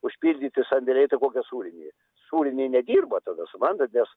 užpildyti sandėliai tai kokia sūrinė sūrinė nedirba tada suprantat nes